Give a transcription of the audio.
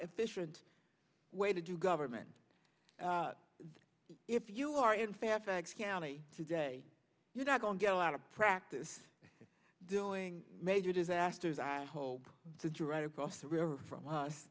efficient way to do government if you are in fairfax county today you're not on get a lot of practice doing major disasters i hope that you're right across the river from